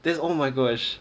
that's oh my gosh